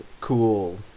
cool